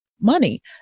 money